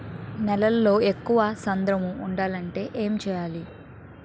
నేలలో ఎక్కువ సాంద్రము వుండాలి అంటే ఏంటి చేయాలి?